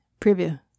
Preview